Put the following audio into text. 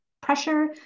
pressure